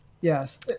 yes